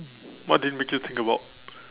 what did it made you think about